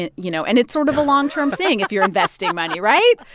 and you know and it's sort of a long-term thing if you're investing money, right?